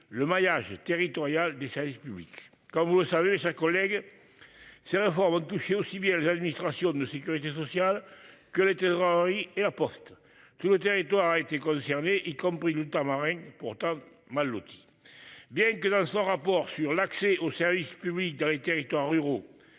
le maillage territorial des services publics, comme vous le savez, sa collègue. C'est un vent toucher aussi bien les administrations de Sécurité sociale que les Henri et la Poste tout le territoire a été concernés y compris le tamarin pourtant mal lotis. Bien que dans son rapport sur l'accès aux services publics dans les territoires ruraux.